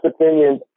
Opinions